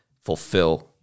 Fulfill